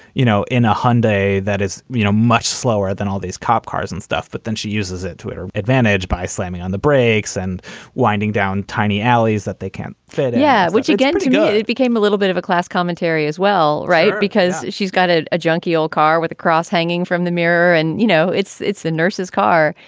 you know, in a hyundai that is, you know, much slower than all these cop cars and stuff. but then she uses it to her advantage by slamming on the brakes and winding down tiny alleys that they can't fit yeah. which again, to go. it became a little bit of a class commentary as well. right. because she's got a junky old car with a cross-hatching. from the mirror and you know, it's it's the nurses car,